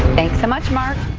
thanks so much, mark.